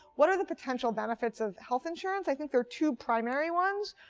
what are the potential benefits of health insurance? i think there are two primary ones.